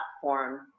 platform